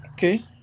Okay